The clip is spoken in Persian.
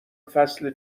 فصل